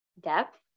depth